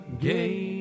gate